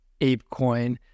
ApeCoin